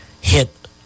hit